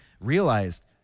realized